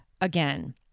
again